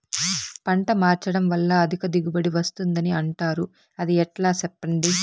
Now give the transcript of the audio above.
పంట మార్చడం వల్ల అధిక దిగుబడి వస్తుందని అంటారు అది ఎట్లా సెప్పండి